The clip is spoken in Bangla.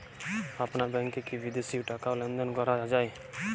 আপনার ব্যাংকে কী বিদেশিও টাকা লেনদেন করা যায়?